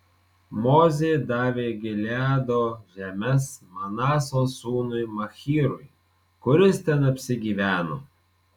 mozė davė gileado žemes manaso sūnui machyrui kuris ten apsigyveno